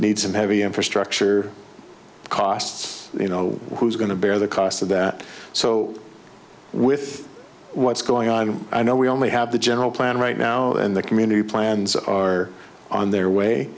needs some heavy infrastructure costs you know who's going to bear the cost of that so with what's going on i know we only have the general plan right now in the community plans are on their way